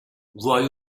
vuoi